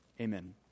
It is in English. Amen